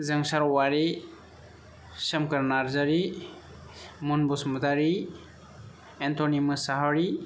जोंसार औवारि सोमखोर नारजारि मुन बसुमतारि एनटनि मोसाहारि